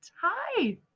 Hi